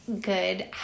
good